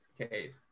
Okay